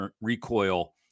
recoil